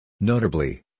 Notably